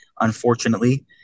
Unfortunately